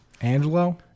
Angelo